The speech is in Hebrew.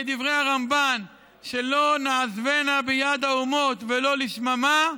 כדברי הרמב"ן: שלא נעזבנה ביד האומות, ולא לשממה,